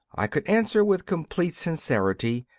i could answer with complete sincerity,